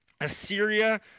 Assyria